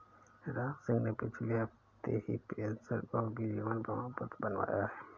रामसिंह ने पिछले हफ्ते ही पेंशनभोगी जीवन प्रमाण पत्र बनवाया है